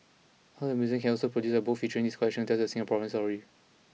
I hope the museum can also produce a book featuring this collection to tell the Singapore story